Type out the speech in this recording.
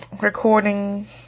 recording